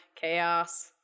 Chaos